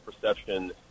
perception